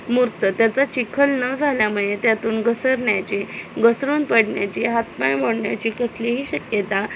मुरतं त्याचा चिखल न झाल्यामुळे त्यातून घसरण्याची घसरून पडण्याची हातपाय मोडण्याची कसलीही शक्यता